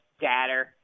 data